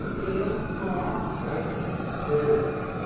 gale small. anthony prairie bear.